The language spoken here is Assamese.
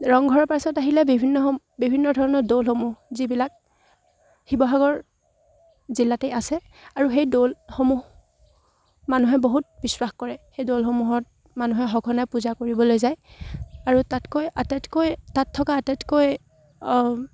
ৰংঘৰৰ পাছত আহিলে বিভিন্ন বিভিন্ন ধৰণৰ দৌলসমূহ যিবিলাক শিৱসাগৰ জিলাতেই আছে আৰু সেই দৌলসমূহ মানুহে বহুত বিশ্বাস কৰে সেই দৌলসমূহত মানুহে সঘনাই পূজা কৰিবলৈ যায় আৰু তাতকৈ আটাইতকৈ তাত থকা আটাইতকৈ